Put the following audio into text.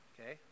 Okay